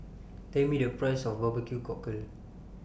Tell Me The Price of Barbecue Cockle